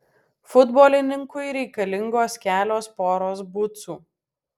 futbolininkui reikalingos kelios poros bucų